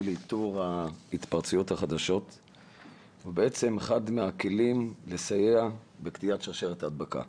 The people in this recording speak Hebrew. לאיתור ההתפרצויות החדשות ובעצם אחד מהכלים לסייע בקטיעת שרשרת ההדבקה.